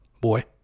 Boy